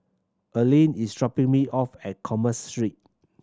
Erlene is dropping me off at Commerce Street